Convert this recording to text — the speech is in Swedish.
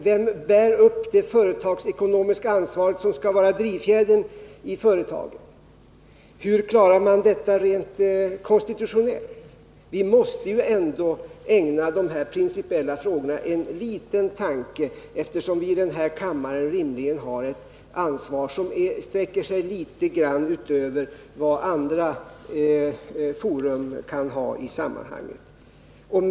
Vem bär upp det företagsekonomiska ansvar som skall vara drivfjädern i företagen? Hur klarar man detta rent konstitutionellt? Vi måste ändå ägna dessa principiella frågor en liten tanke, eftersom vi i den här kammaren rimligen har ett ansvar som sträcker sig något utöver vad som kan gälla i andra fora.